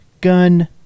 gun